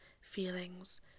feelings